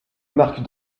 marque